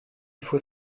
faut